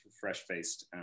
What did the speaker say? Fresh-faced